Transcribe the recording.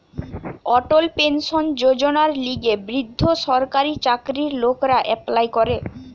অটল pension যোজনার লিগে বৃদ্ধ সরকারি চাকরির লোকরা এপ্লাই করে